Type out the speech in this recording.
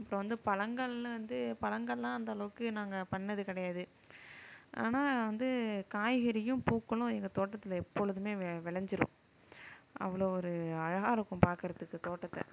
அப்புறம் வந்து பழங்கள்ன்னு வந்து பழங்களெலாம் அந்தளவுக்கு நாங்கள் பண்ணது கிடையாது ஆனால் வந்து காய்கறியும் பூக்களும் எங்கள் தோட்டத்தில் எப்பொழுதுமே வெ வெளஞ்சிடும் அவ்வளோ ஒரு அழகாக இருக்கும் பார்க்கறத்துக்கு தோட்டத்தை